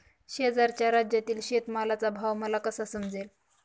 शेजारच्या राज्यातील शेतमालाचा भाव मला कसा समजेल?